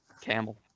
Camel